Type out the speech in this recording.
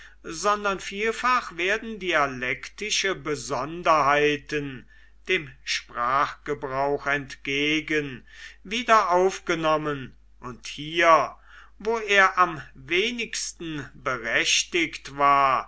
sondern vielfach werden dialektische besonderheiten dem sprachgebrauch entgegen wieder aufgenommen und hier wo er am wenigsten berechtigt war